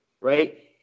right